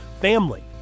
Family